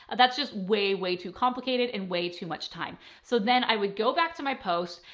that's just way, way too complicated and way too much time. so then i would go back to my post.